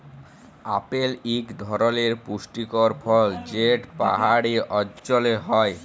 apple ইক ধরলের পুষ্টিকর ফল যেট পাহাড়ি অল্চলে হ্যয়